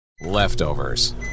Leftovers